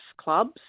clubs